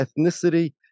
ethnicity